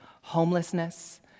homelessness